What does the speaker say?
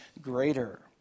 greater